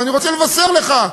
אז אני רוצה לבשר לך,